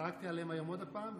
צעקתי עליהם היום עוד פעם,